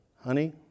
honey